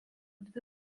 dvi